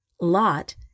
Lot